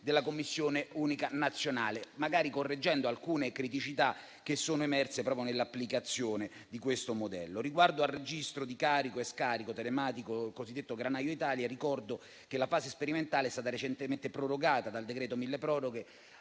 della Commissione unica nazionale, magari correggendo alcune criticità che sono emerse proprio nell'applicazione di questo modello. Riguardo al registro di carico e scarico telematico, il cosiddetto Granaio Italia, ricordo che la fase sperimentale è stata recentemente prorogata dal decreto milleproroghe